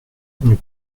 nous